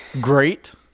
great